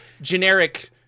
generic